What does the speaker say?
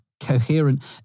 coherent